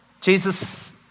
Jesus